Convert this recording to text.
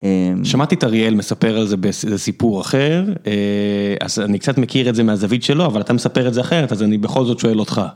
שמעתי את אריאל מספר על זה בסיפור אחר אז אני קצת מכיר את זה מהזווית שלו אבל אתה מספר את זה אחרת אז אני בכל זאת שואל אותך.